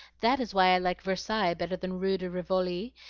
that is why i like versailles better than rue de rivoli,